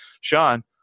Sean